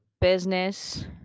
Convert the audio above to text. business